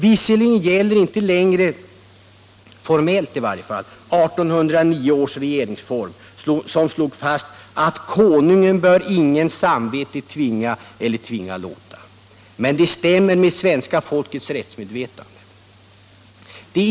Visserligen gäller inte längre, i varje fall inte formellt, 1809 års regeringsform som slog fast att Konungen bör ”ingens samvete tvinga eller tvinga låta”, men den bestämmelsen stämmer med svenska folkets rättsmedvetande.